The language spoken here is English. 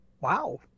Wow